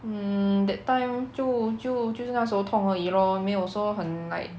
um that time 就就就是那时候痛而已 lor 没有说很 like